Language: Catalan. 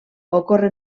ocorre